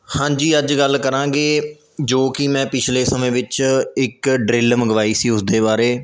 ਹਾਂਜੀ ਅੱਜ ਗੱਲ ਕਰਾਂਗੇ ਜੋ ਕਿ ਮੈਂ ਪਿਛਲੇ ਸਮੇਂ ਵਿੱਚ ਇੱਕ ਡਰਿੱਲ ਮੰਗਵਾਈ ਸੀ ਉਸ ਦੇ ਬਾਰੇ